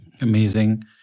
Amazing